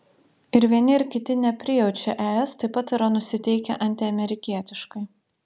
ir vieni ir kiti neprijaučia es taip pat yra nusiteikę antiamerikietiškai